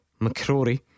McCrory